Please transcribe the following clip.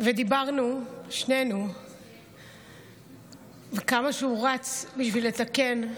ודיברנו שנינו כמה שהוא רץ בשביל לתקן בשבילך.